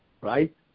right